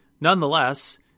Nonetheless